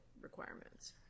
requirements